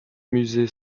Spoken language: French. musée